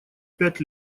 пять